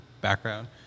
background